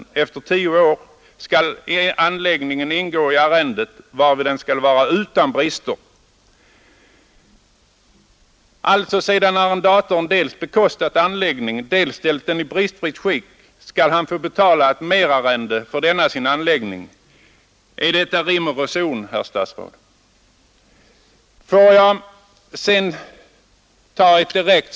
Efter 10 år skall anläggningen ingå i arrendet, varvid den skall vara utan brister.” Sedan arrendatorn dels bekostat anläggningen, dels ställt den i bristfritt skick skall han få betala ett merarrende för sin anläggning. Är detta rim och reson, herr statsråd?